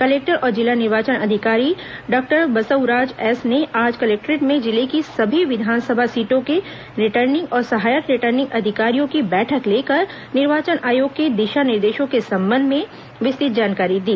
collector और जिला निर्वाचन अधिकारी डॉक्टर बसवराजू एस ने आज कलेक्टोरेट में जिले की सभी विधानसभा सीटों के रिटर्निंग और सहायक रिटर्निंग अधिकारियों की बैठक लेकर निर्वाचन आयोग के दिशा निर्देशों के संबंध में विस्तृत जानकारी दी